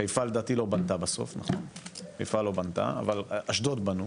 חיפה לדעתי לא בנתה בסוף, אבל אשדוד בנו,